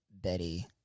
Betty—